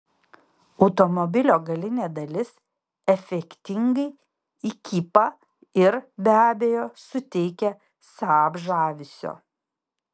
automobilio galinė dalis efektingai įkypa ir be abejo suteikia saab žavesio